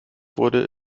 wurde